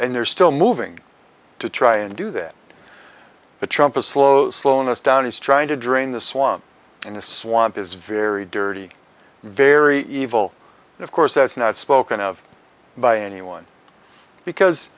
and they're still moving to try and do that but trump a slow slowness down is trying to drain the swamp in a swamp is very dirty very evil and of course that's not spoken of by anyone because